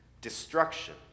Destruction